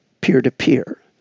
peer-to-peer